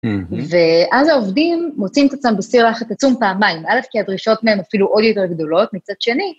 ואז העובדים מוצאים את עצמם בסיר לחץ עצום פעמיים. א', כי הדרישות מהן אפילו עוד יותר גדולות מצד שני.